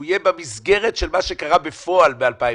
שהוא יהיה במסגרת של מה שקרה בפועל ב-2019.